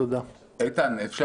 אפשר?